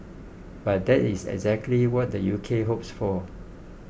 but that is exactly what the U K hopes for